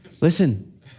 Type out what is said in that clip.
Listen